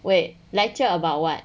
wait lecture about what